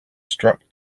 struck